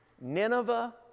Nineveh